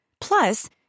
Plus